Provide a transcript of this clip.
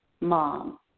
mom